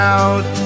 out